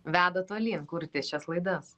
veda tolyn kurti šias laidas